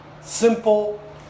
simple